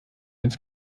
ins